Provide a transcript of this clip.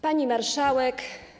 Pani Marszałek!